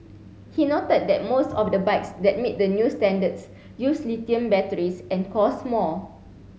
he noted that most of the bikes that meet the new standards use lithium batteries and cost more